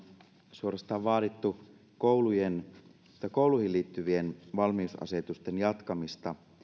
suorastaan vaadittu kouluihin liittyvien valmiusasetusten jatkamista